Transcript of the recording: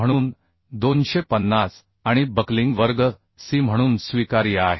म्हणून 250 आणि बक्लिंग वर्ग सी म्हणून स्वीकार्य आहे